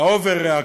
האובר-ריאקציה,